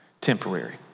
temporary